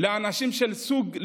לאנשים שהם סוג,